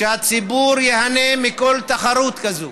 שהציבור ייהנה מכל תחרות כזאת.